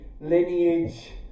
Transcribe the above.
lineage